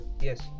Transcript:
yes